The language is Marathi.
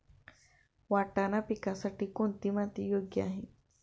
वाटाणा पिकासाठी कोणती माती योग्य आहे?